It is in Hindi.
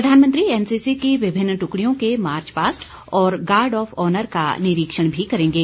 प्रधानमंत्री एनसीसी की विभिन्न टुकडियों के मार्च पास्ट और गार्ड ऑफ ऑनर का निरीक्षण भी करेंगे